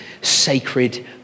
sacred